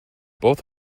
both